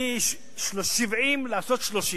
מ-70 לעשות 30,